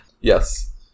Yes